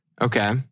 Okay